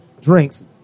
drinks